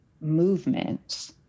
movement